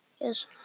Yes